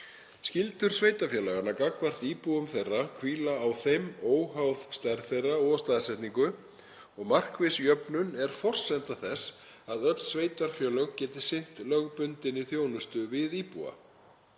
Skyldur sveitarfélaganna gagnvart íbúum þeirra hvíla á þeim óháð stærð þeirra og staðsetningu og markviss jöfnun er forsenda þess að öll sveitarfélög geti sinnt lögbundinni þjónustu við íbúa.